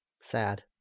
Sad